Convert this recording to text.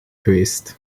geweest